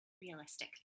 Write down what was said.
realistic